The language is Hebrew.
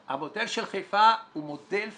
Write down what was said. המודל של חיפה הוא מודל פנטסטי.